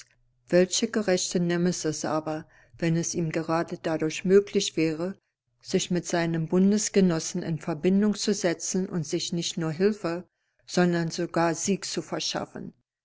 welche gerechte nemesis aber wenn es ihm gerade dadurch möglich wäre sich mit seinem bundesgenossen in verbindung zu setzen und sich nicht nur hilfe sondern sogar sieg zu verschaffen